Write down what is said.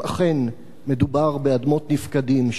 אם אכן מדובר באדמות נפקדים,